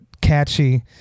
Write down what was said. catchy